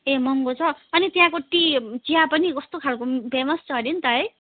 ए महँगो छ अनि त्यहाँको टी चिया पनि कस्तो खालको फेमस छ हरे नि त है